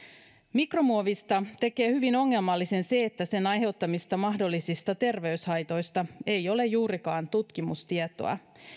mikromuovista tekee hyvin ongelmallisen se että sen aiheuttamista mahdollisista terveyshaitoista ei ole juurikaan tutkimustietoa